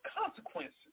consequences